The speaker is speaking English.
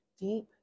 deep